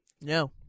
No